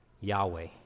Yahweh